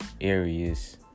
areas